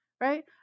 right